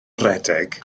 redeg